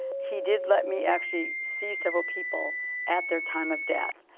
he did let me actually see several people at their time of death.